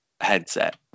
headset